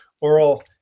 oral